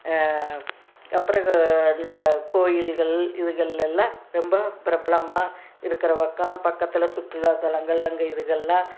அப்புறோம் இந்த கோவில்கள் இதுகள் எல்லாம் ரொம்ப பிரபலமாக இருக்கிற பக்கம் பக்கத்தில் சுற்றுல்லா தலங்கள் அங்கே இதுங்கள்லாம்